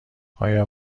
آیا